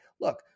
look